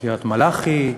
קריית-מלאכי,